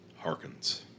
Harkens